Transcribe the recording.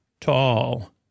tall